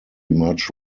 much